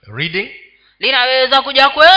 reading